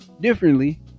differently